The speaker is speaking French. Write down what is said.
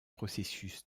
processus